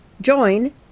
join